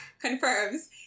confirms